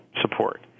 support